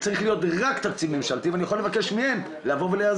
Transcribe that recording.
צריך להיות רק תקציב ממשלתי ואני יכול לבקש מהם להיעזר.